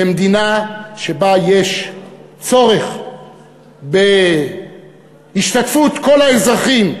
במדינה שבה יש צורך בהשתתפות כל האזרחים